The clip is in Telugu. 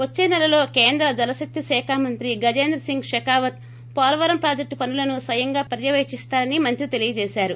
వచ్చే నెలలో కేంద్ర జలశక్తి శాఖ మంత్రి గజేంద్ర సింగ్ షెకావత్ వోలవరం ప్రాజెక్లు పనులను స్పయంగా పర్యపేకిస్తారని మంత్రి తెలియజేశారు